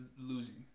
losing